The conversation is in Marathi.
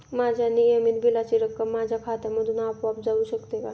माझ्या नियमित बिलाची रक्कम माझ्या खात्यामधून आपोआप जाऊ शकते का?